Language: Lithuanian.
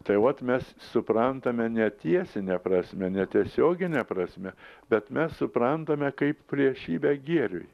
tai vat mes suprantame netiesine prasme netiesiogine prasme bet mes suprantame kaip priešybę gėriui